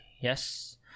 yes